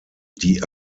die